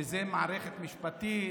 שזו מערכת משפטית,